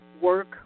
work